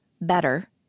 better